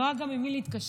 לא היה גם עם מי להתקשר.